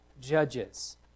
judges